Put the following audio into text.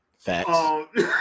facts